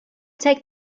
take